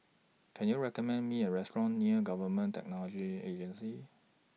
Can YOU recommend Me A Restaurant near Government Technology Agency